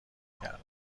کردم